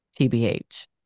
TBH